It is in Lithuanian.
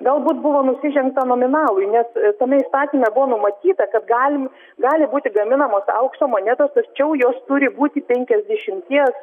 galbūt buvo nusižengta nominalui mes tame įstatyme buvo numatyta kad galim gali būti gaminamos aukso monetos tačiau jos turi būti penkiasdešimties